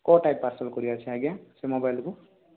କେଉଁ type parcel କରିବାର ଅଛି ଆଜ୍ଞା ସେ ମୋବାଇଲକୁ